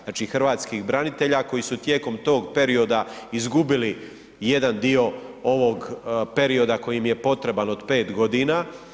Znači Hrvatskih branitelja koji su tijekom tog perioda izgubili jadan dio ovog perioda koji im je potreban od 5 godina.